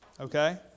okay